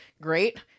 great